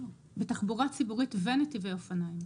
בתחבורה ציבורית ונתיבי אופניים.